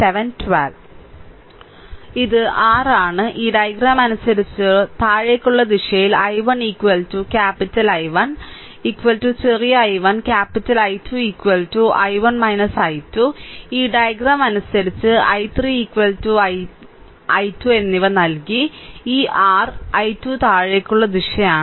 ഇത് r ആണ് ഈ ഡയഗ്രം അനുസരിച്ച് താഴേക്കുള്ള ദിശയിൽ I1 ക്യാപിറ്റൽ I1 ചെറിയ I1 capital I2 I1 I2 ഈ ഡയഗ്രം അനുസരിച്ച് I3 I2 എന്നിവ നൽകി ഈ r ഈ I2 താഴേക്കുള്ള ദിശയാണ്